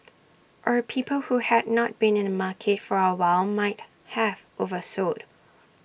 or people who had not been in the market for A while might have oversold